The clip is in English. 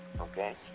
Okay